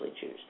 choose